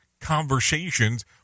conversations